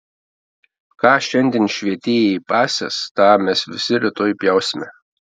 ką šiandien švietėjai pasės tą mes visi rytoj pjausime